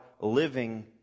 living